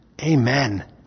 Amen